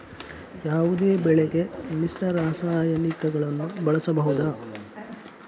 ಯಾವುದೇ ಬೆಳೆಗೆ ಮಿಶ್ರ ರಾಸಾಯನಿಕಗಳನ್ನು ಬಳಸಬಹುದಾ?